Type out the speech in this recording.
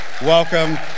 welcome